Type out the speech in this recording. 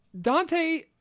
Dante